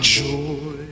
joy